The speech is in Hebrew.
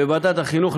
בוועדת החינוך,